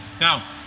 Now